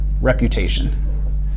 reputation